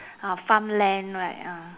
ah farmland right ah